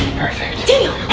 perfect. daniel!